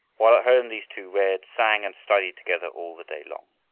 while at home these two read, sang, and studied together all the day long.